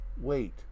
wait